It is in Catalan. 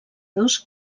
dos